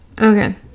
okay